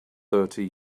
thirty